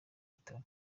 bitaro